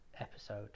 episode